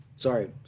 Sorry